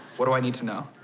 what do i need to know?